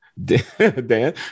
Dan